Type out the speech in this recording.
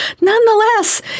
Nonetheless